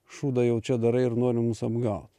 šūdą jau čia darai ir nori mus apgaut